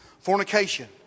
fornication